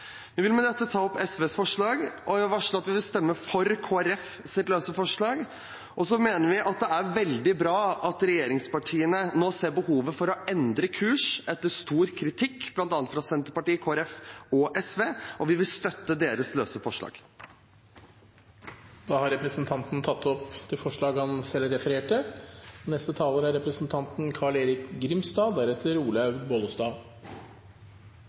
vil med dette ta opp SVs forslag, og jeg varsler at vi vil stemme for Kristelig Folkepartis løse forslag. Så mener vi at det er veldig bra at regjeringspartiene nå ser behovet for å endre kurs, etter sterk kritikk fra bl.a. Senterpartiet, Kristelig Folkeparti og SV. Vi vil støtte deres løse forslag. Representanten Nicholas Wilkinson har tatt opp de forslagene han refererte til. Jeg er